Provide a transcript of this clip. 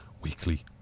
weekly